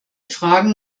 fragen